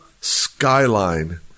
skyline